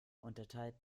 unterteilt